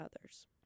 others